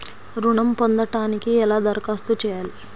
ఋణం పొందటానికి ఎలా దరఖాస్తు చేయాలి?